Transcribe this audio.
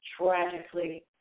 tragically